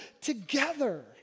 together